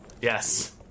Yes